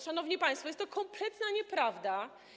Szanowni państwo, jest to kompleta nieprawda.